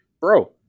bro